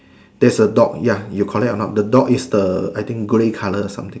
there is a dog ya you correct or not the dog is the I think grey color something